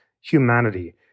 humanity